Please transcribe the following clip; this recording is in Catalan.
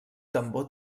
tambor